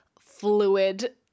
fluid